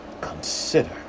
consider